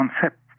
concept